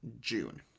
June